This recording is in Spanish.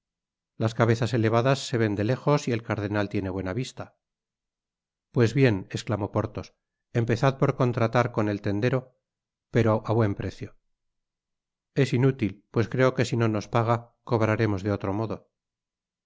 las cabezas etevadas se ven de léjos y el cardenal tiene buena vista pues bien esctamó porthos empezad por contratar con el tendero pero á buen precio es inútil pues creo que si no nos paga cobraremos de otro modo en